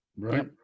right